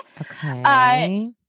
Okay